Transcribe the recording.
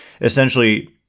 essentially